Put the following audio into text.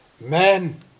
Men